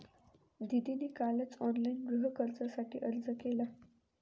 दीदीने कालच ऑनलाइन गृहकर्जासाठी अर्ज केला